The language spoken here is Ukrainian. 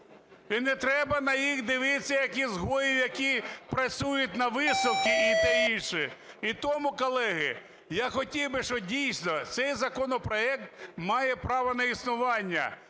і не треба на їх дивитися як ізгої, які працюють на висилці, і те й інше. І тому, колеги, я хотів би, що, дійсно, цей законопроект має право на існування.